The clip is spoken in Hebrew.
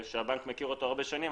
שהבנק מכיר הרבה שנים,